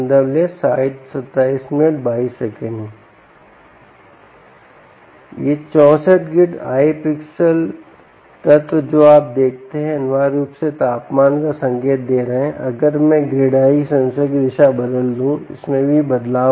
ये 64 grid eye pixel तत्व जो आप देखते हैं अनिवार्य रूप से तापमान का संकेत दे रहे हैं अगर मैं ग्रिड आई सेंसर की दिशा बदल दू इसमे भी बदलाव होगा